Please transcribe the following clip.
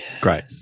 Great